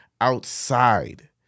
outside